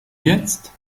jetzt